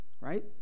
Right